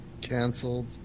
canceled